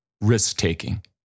Risk-taking